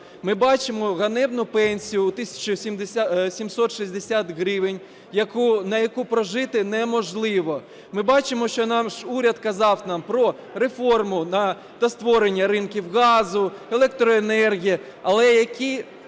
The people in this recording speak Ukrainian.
ми бачимо ганебну пенсію у 1 тисячу 760 гривень, на яку прожити неможливо. Ми бачимо, що наш уряд казав нам про реформу та створення ринків газу, електроенергії, але які,